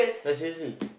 like seriously